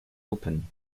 open